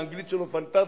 האנגלית שלו פנטסטית,